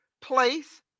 place